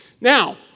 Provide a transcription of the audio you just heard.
Now